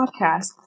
Podcast